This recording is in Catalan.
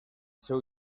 seu